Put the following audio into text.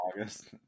August